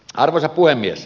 arvoisa puhemies